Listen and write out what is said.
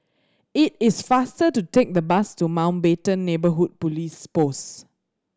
it is faster to take the bus to Mountbatten Neighbourhood Police Post